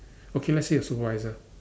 okay let's say your supervisor